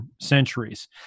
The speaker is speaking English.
centuries